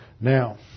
Now